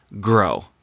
Grow